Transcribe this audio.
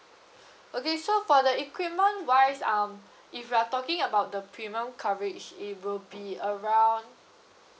okay so for the equipment wise um if we are talking about the premium coverage it will be around